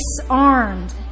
disarmed